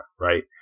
right